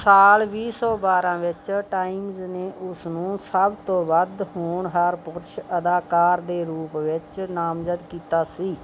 ਸਾਲ ਵੀਹ ਸੌ ਬਾਰ੍ਹਾਂ ਵਿੱਚ ਟਾਈਮਜ਼ ਨੇ ਉਸ ਨੂੰ ਸਭ ਤੋਂ ਵੱਧ ਹੋਣਹਾਰ ਪੁਰਸ਼ ਅਦਾਕਾਰ ਦੇ ਰੂਪ ਵਿੱਚ ਨਾਮਜ਼ਦ ਕੀਤਾ ਸੀ